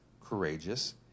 courageous